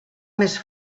més